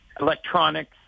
electronics